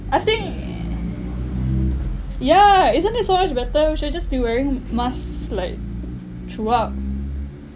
I think yeah isn't it so much better we should just be wearing masks like throughout